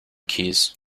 keys